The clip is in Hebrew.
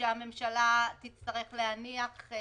שהממשלה תצטרך להניח.